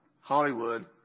Hollywood